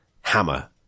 Hammer